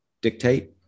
dictate